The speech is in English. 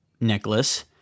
necklace